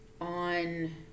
on